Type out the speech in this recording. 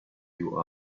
you